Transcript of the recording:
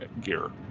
gear